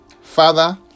Father